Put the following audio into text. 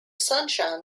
sunshine